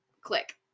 click